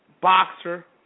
boxer